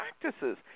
practices